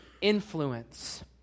influence